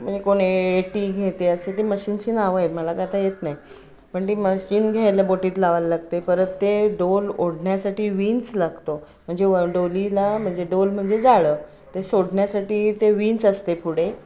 म्हणजे कोणी एटी घेते असे ते मशीनची नावं आहे मला काय ती येत नाही पण ती मशीन घ्यायला बोटीत लावायला लागते परत ते डोल ओढण्यासाठी विंच लागतो म्हणजे व डोलीला म्हणजे डोल म्हणजे जाळं ते सोडण्यासाठी ते विंच असते पुढे